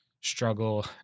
struggle